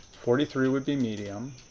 forty three would be medium.